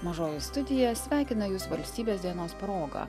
mažoji studija sveikina jus valstybės dienos proga